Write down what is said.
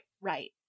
right